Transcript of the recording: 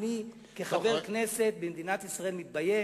כחבר כנסת במדינת ישראל אני מתבייש.